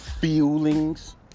feelings